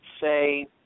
say